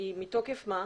היא מתוקף מה?